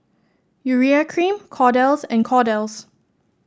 Urea Cream Kordel's and Kordel's